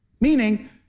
Meaning